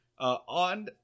on